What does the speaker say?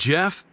Jeff